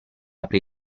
aprì